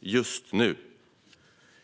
just nu.